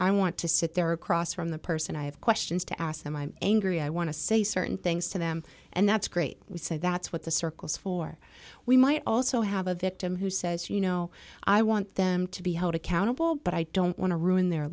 i want to sit there across from the person i have questions to ask them i'm angry i want to say certain things to them and that's great say that's what the circles for we might also have a victim who says you know i want them to be held accountable but i don't want to ruin their